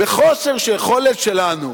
וחוסר היכולת שלנו